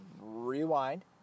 rewind